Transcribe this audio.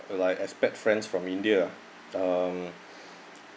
like expect friends from india um